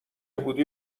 بودی